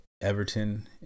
Everton